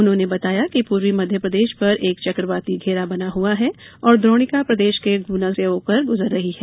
उन्होंने बताया कि पूर्वी मध्यप्रदेश पर एक चकवाती घेरा बना हुआ है और द्रोणिका प्रदेश के गुना से होकर गुजर रही है